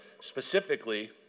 Specifically